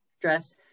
dress